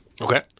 Okay